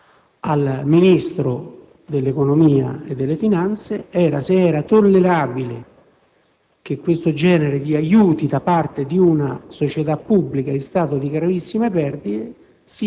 al Ministro dell'economia e delle finanze se era tollerabile che questo genere di aiuti da parte di una società pubblica in stato di gravissime perdite